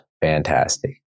fantastic